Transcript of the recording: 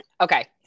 Okay